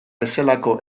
bezalako